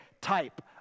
type